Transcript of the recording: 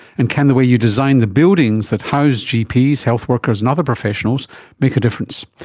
and can the way you design the buildings that house gps, health workers and other professionals make a difference?